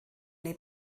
neu